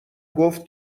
گفت